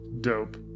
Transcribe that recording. Dope